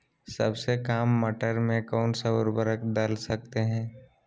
सबसे काम मटर में कौन सा ऊर्वरक दल सकते हैं?